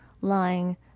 lying